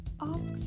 ask